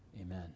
amen